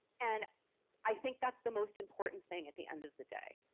and i think that's the most important thing at the end of the day.